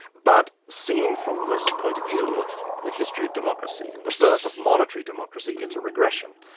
but seen from this point of view of the history of democracy and the birth of monitory democracy, it's a regression.